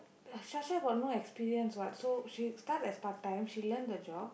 Sasha got no experience what so she start as part time she learn the job